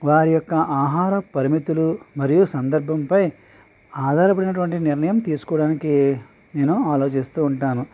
వారి యొక్క ఆహార పరిమితులు మరియు సందర్భంపై ఆధారపడినటువంటి నిర్ణయం తీసుకోవడానికి నేను ఆలోచిస్తూ ఉంటాను